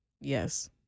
Yes